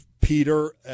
Peter